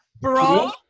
Bro